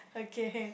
okay